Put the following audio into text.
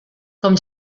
com